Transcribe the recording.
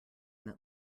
that